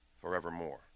forevermore